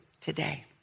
today